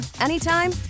anytime